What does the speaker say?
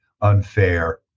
unfair